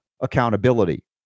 accountability